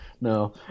no